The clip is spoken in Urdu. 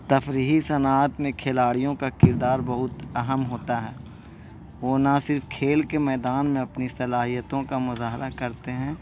تفریحی صنعت میں کھلاڑیوں کا کردار بہت اہم ہوتا ہے وہ نہ صرف کھیل کے میدان میں اپنی صلاحیتوں کا مظاہرہ کرتے ہیں